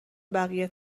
بقیه